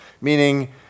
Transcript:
meaning